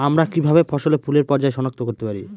আমরা কিভাবে ফসলে ফুলের পর্যায় সনাক্ত করতে পারি?